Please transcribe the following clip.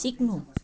सिक्नु